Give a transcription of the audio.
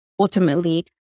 Ultimately